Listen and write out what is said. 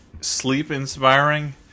sleep-inspiring